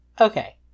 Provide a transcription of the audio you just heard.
Okay